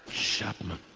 chapman!